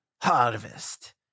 harvest